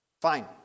Fine